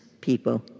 people